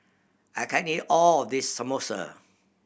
I can't eat all of this Samosa